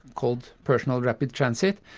called personal rapid transit,